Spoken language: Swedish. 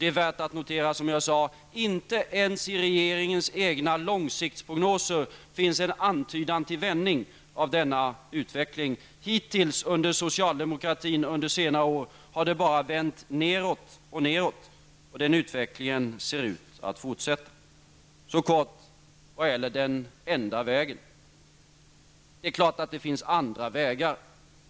Det är, som sagt, värt att notera att det inte ens i regeringens egna långsiktiga prognoser finns en antydan till en vändning av denna utveckling. Hittills under socialdemokratin under senare år har det bara vänt neråt. Det har gått neråt och neråt, och den utvecklingen ser ut att fortsätta. Så helt kort något om den enda vägen. Det är klart att det finns andra vägar.